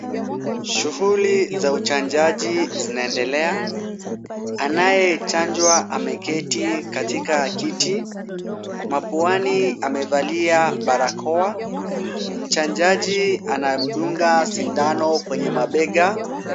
Shughuli za uchanjaji zinaendelea. Anayechanjwa ameketi katika kiti mapuwani amevalia barakoa. Mchanjaji anamdunga sindano kwenye mabega.